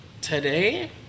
today